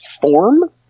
form